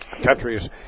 Countries